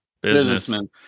businessman